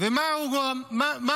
ומה עוד הוא רוצה?